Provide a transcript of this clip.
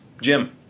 jim